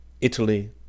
Italy